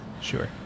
Sure